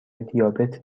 دیابت